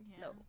No